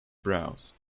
browse